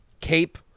cape